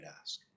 ask